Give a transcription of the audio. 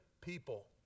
people